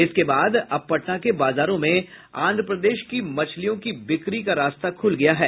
इसके बाद अब पटना के बाजारों में आंध्र प्रदेश की मछलियों की बिक्री का रास्ता खुल गया है